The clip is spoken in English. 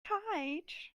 cage